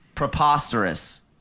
Preposterous